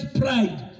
pride